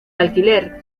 alquiler